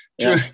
true